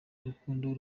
urukundo